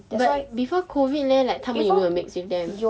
but before COVID leh like 他们有没有 mix with them